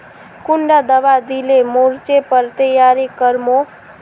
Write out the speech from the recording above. कुंडा दाबा दिले मोर्चे पर तैयारी कर मो?